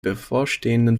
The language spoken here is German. bevorstehenden